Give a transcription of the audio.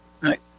right